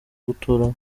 guturamo